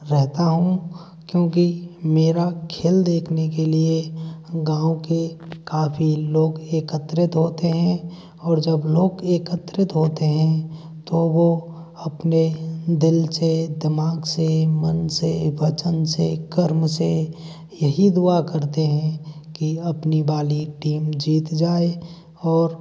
रहता हूँ क्योंकि मेरा खेल देखने के लिए गाँव के काफ़ी लोग एकत्रित होते हैं और जब लोग एकत्रित होते हैं तो वो अपने दिल से दिमाग से मन से वचन से कर्म से यही दुआ करते हें कि अपनी वाली टीम जीत जाए और